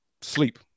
sleep